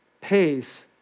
pays